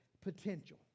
potential